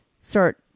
start